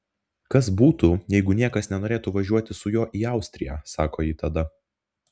kas būtų jeigu niekas nenorėtų važiuoti su juo į austriją sako ji tada